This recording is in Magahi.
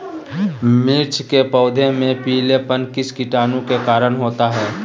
मिर्च के पौधे में पिलेपन किस कीटाणु के कारण होता है?